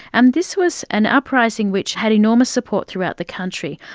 and this was an uprising which had enormous support throughout the country.